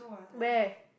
where